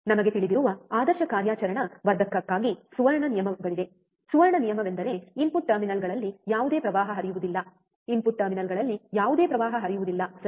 ನಮಗೆ ತಿಳಿದಿರುವ ಆದರ್ಶ ಕಾರ್ಯಾಚರಣಾ ವರ್ಧಕಕ್ಕಾಗಿ ಸುವರ್ಣ ನಿಯಮಗಳಿವೆ ಸುವರ್ಣ ನಿಯಮವೆಂದರೆ ಇನ್ಪುಟ್ ಟರ್ಮಿನಲ್ಗಳಲ್ಲಿ ಯಾವುದೇ ಪ್ರವಾಹ ಹರಿಯುವುದಿಲ್ಲ ಇನ್ಪುಟ್ ಟರ್ಮಿನಲ್ಗಳಲ್ಲಿ ಯಾವುದೇ ಪ್ರವಾಹ ಹರಿಯುವುದಿಲ್ಲ ಸರಿ